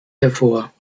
hervor